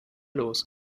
los